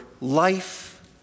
life